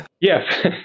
Yes